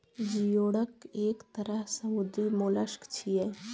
geoduck एक तरह समुद्री मोलस्क छियै